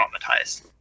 traumatized